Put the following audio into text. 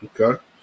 okay